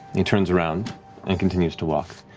he turns around and continues to walk.